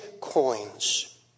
coins